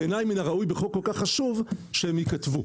בעיני מין הראוי שבחוק כל-כך חשוב שהם ייכתבו.